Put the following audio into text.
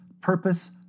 purpose